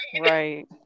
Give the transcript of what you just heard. Right